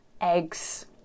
eggs